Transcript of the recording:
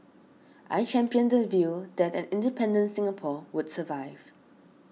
I championed the view that an independent Singapore would survive